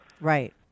Right